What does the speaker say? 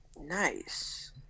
Nice